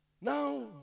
now